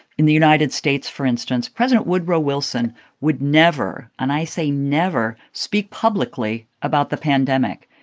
in the united states, for instance, president woodrow wilson would never and i say never speak publicly about the pandemic.